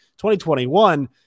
2021